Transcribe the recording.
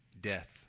Death